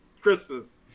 Christmas